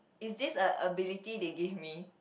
is this a ability they give me